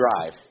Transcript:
drive